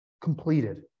completed